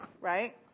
Right